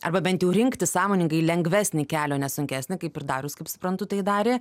arba bent jau rinktis sąmoningai lengvesnį kelio ne sunkesnę kaip ir darius kaip suprantu tai darė